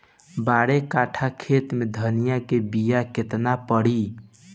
बारह कट्ठाखेत में धनिया के बीया केतना परी?